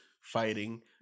fighting